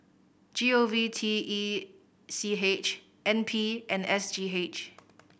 G O V T E C H N P and S G H